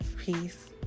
peace